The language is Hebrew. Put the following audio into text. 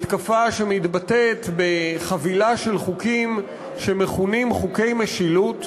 מתקפה שמתבטאת בחבילה של חוקים שמכונים חוקי משילות,